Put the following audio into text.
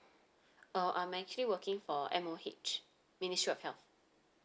uh I'm actually working for M_O_H ministry of health